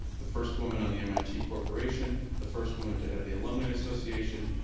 the first woman on the mit corporation, the first woman to head the alumni association,